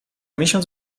miesiąc